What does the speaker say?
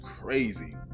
crazy